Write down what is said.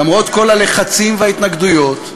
למרות כל הלחצים וההתנגדויות,